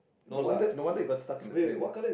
no wonder no wonder it got stuck in the sand